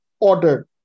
ordered